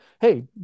hey